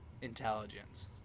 intelligence